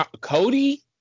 cody